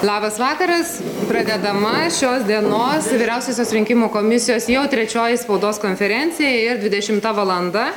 labas vakaras pradedama šios dienos vyriausiosios rinkimų komisijos jau trečioji spaudos konferencija ir dvidešimta valanda